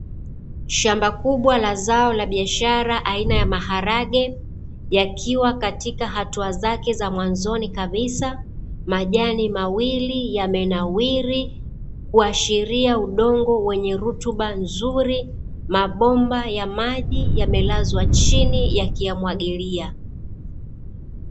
Shamba kubwa la zao la biashara aina ya maharage, yakiwa katika hatua zake za mwanzoni kabisa, majani mawili yamenawiri, kuashiria udongo wenye rutuba nzuri, mabomba ya maji yamelazwa chini yakiyamwagilia.